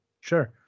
sure